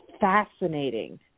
fascinating